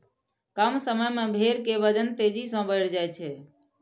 कम समय मे भेड़ के वजन तेजी सं बढ़ि जाइ छै